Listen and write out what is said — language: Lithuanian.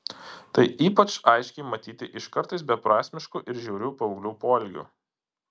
tai ypač aiškiai matyti iš kartais beprasmiškų ir žiaurių paauglių poelgių